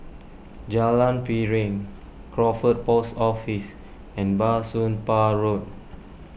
Jalan Piring Crawford Post Office and Bah Soon Pah Road